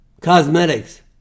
cosmetics